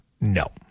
No